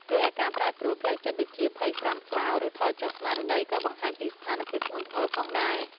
រីឯការប្រែប្រួលផ្លូវចិត្តដូចជា ភ័យស្លន់ស្លោ ឬថយចុះស្មារតី ក៏បង្ហាញពីស្ថានភាពធ្ងន់ធ្ងរផងដែរ។